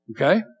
Okay